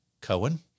Cohen